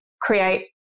create